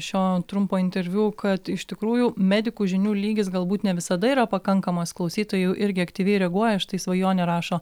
šio trumpo interviu kad iš tikrųjų medikų žinių lygis galbūt ne visada yra pakankamas klausytojai jau irgi aktyviai reaguoja štai svajonė rašo